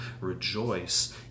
rejoice